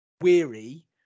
weary